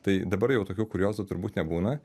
tai dabar jau tokių kuriozų turbūt nebūna